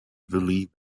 believe